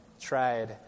tried